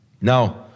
Now